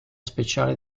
speciale